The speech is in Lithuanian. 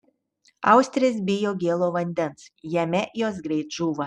austrės bijo gėlo vandens jame jos greit žūva